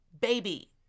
baby